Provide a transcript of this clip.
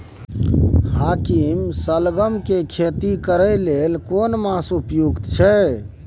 हाकीम सलगम के खेती करय के लेल केना मास उपयुक्त छियै?